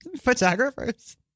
photographers